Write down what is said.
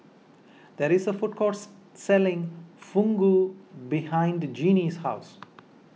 there is a food courts selling Fugu behind Jeanie's house